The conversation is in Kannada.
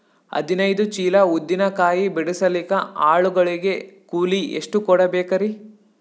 ಹದಿನೈದು ಚೀಲ ಉದ್ದಿನ ಕಾಯಿ ಬಿಡಸಲಿಕ ಆಳು ಗಳಿಗೆ ಕೂಲಿ ಎಷ್ಟು ಕೂಡಬೆಕರೀ?